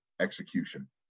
execution